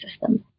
system